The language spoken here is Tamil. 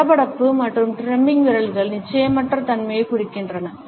படபடப்பு மற்றும் டிரம்மிங் விரல்கள் நிச்சயமற்ற தன்மையைக் குறிக்கின்றன